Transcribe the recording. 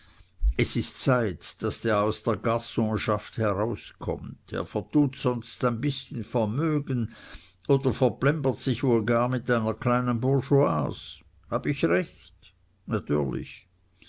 es ist zeit daß er aus der garonschaft herauskommt er vertut sonst sein bißchen vermögen oder verplempert sich wohl gar mit einer kleinen bourgeoise hab ich recht natürlich